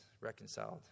reconciled